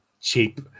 cheap